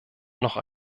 noch